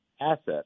asset